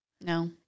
No